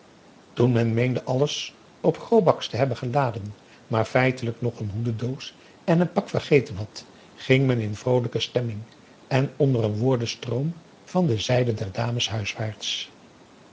toen men meende alles op grobaks te hebben geladen maar feitelijk nog een hoedendoos en een pak vergeten had ging men in vroolijke stemming en onder een woordenstroom van de zijde der dames